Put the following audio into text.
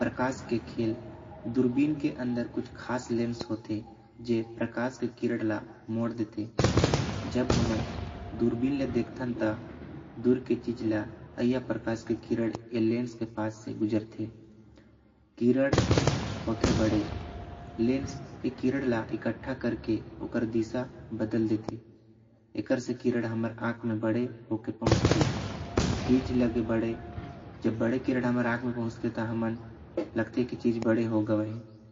प्रकाश के खेल दूरबीन के अंदर कुछ खास ले लेन्स होते। जो प्रकाश के किरण ल मोड़ देते जब हमन दूरबीन ल देखतन त। दूर आइया प्रकाश के किरण पास से गुजरते किरण होते। बड़े लेस से किरण ल इकट्ठा करके ओकर दिशा बदल देते। एकर से किरण हमर आंख म बड़े होकर पहुंचते चीज ल। भी बड़े जब बड़े किरण पहुंचते तो लगते की चीज ह बड़े हो गए हैवे।